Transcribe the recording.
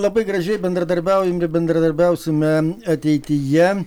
labai gražiai bendradarbiaujam ir bendradarbiausime ateityje